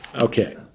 Okay